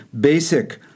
basic